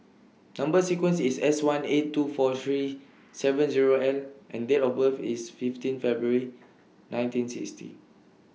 Number sequence IS S one eight two four three seven Zero L and Date of birth IS fifteen February nineteen sixty